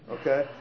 okay